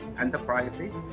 enterprises